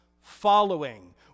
following